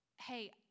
hey